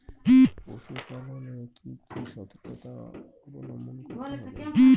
পশুপালন এ কি কি সর্তকতা অবলম্বন করতে হবে?